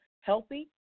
healthy